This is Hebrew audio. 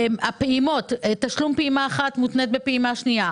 פעימות תשלום פעימה אחת מותנה בפעימה שנייה,